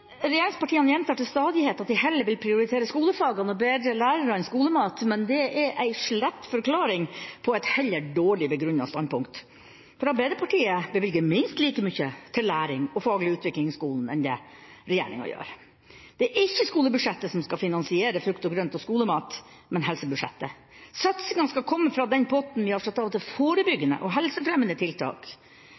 Regjeringspartiene gjentar til stadighet at de heller vil prioritere skolefagene og bedre lærere enn skolemat, men det er en slett forklaring på et heller dårlig begrunnet standpunkt. Arbeiderpartiet bevilger minst like mye til læring og faglig utvikling i skolen som det regjeringa gjør. Det er ikke skolebudsjettet som skal finansiere frukt, grønt og skolemat, men helsebudsjettet. Satsinga skal komme fra den potten vi har satt av til forebyggende og helsefremmende tiltak